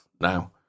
now